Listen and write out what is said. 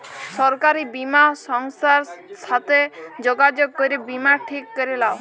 সরকারি বীমা সংস্থার সাথে যগাযগ করে বীমা ঠিক ক্যরে লাও